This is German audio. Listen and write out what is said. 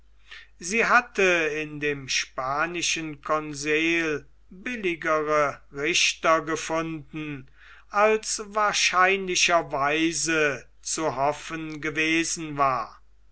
sie hatte in dem spanischen conseil billigere richter gefunden als wahrscheinlicherweise zu hoffen gewesen war